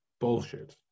Bullshit